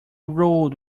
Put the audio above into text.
road